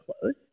close